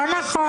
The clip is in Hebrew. לא נכון.